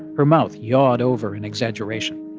her mouth yawed over an exaggeration,